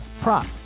prop